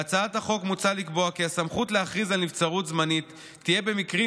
בהצעת החוק מוצע לקבוע כי הסמכות להכריז על נבצרות זמנית תהיה במקרים